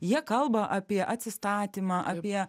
jie kalba apie atsistatymą apie